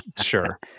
sure